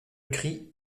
cri